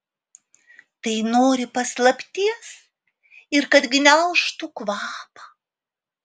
tai nori paslapties ir kad gniaužtų kvapą